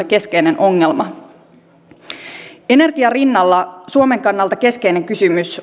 keskeinen ongelma energian rinnalla suomen kannalta keskeinen kysymys